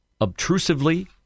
obtrusively